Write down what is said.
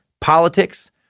politics